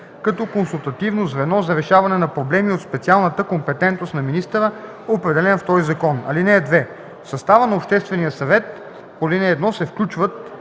като консултативно звено за решаване на проблеми от специалната компетентност на министъра, определена в този закон. (2) В състава на Обществения съвет по ал. 1 се включват